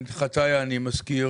את חטאיי אני מזכיר